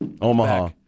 Omaha